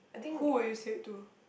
who would you said to